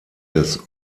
des